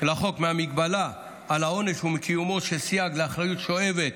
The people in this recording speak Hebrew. מההגבלה על העונש ומקיומו של סייג לאחריות שואבת